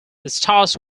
stars